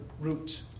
route